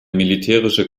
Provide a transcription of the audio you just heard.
militärische